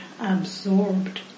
absorbed